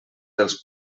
dels